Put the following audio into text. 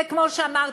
וכמו שאמרתי,